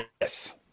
Yes